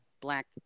black